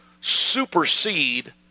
supersede